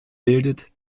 bildet